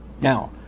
Now